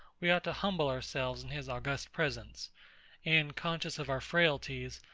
we ought to humble ourselves in his august presence and, conscious of our frailties,